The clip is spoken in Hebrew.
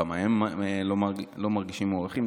כמה הם לא מרגישים מוערכים.